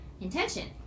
intention